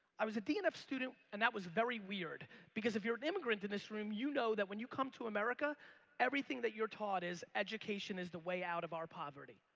i was a d and f student and that was very weird because if you're an immigrant in this room you know that when you come to america everything that you're taught is education is the way out of our poverty.